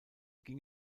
ging